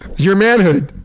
your manhood.